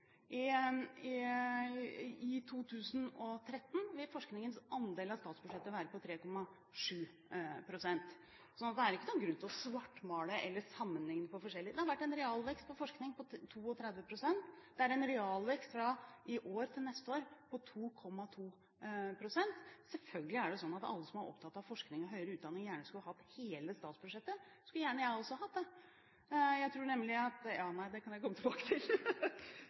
I 2013 vil forskningens andel av statsbudsjettet være på 3,7 pst. Så det er ikke noen grunn til å svartmale eller sammenlikne forskjellige. Det har vært en realvekst på forskning på 32 pst. Det er en realvekst fra i år til neste år på 2,2 pst. Selvfølgelig er det sånn at alle som er opptatt av forskning og høyere utdanning, gjerne skulle hatt hele statsbudsjettet. Det skulle jeg også gjerne hatt, det. Jeg tror nemlig – nei, det kan jeg komme tilbake til.